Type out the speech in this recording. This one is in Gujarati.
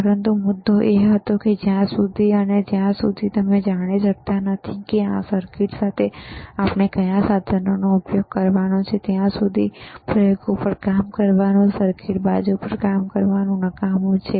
પરંતુ મુદ્દો એ હતો કે જ્યાં સુધી અને જ્યાં સુધી તમે એ જાણી શકતા નથી કે આ સર્કિટ સાથે આપણે કયા સાધનોનો ઉપયોગ કરવાનો છે ત્યાં સુધી પ્રયોગો પર કામ કરવાનું સર્કિટ બાજુ પર કામ કરવાનું નકામું છે